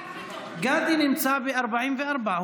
גדי נמצא ב-44.